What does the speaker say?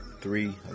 three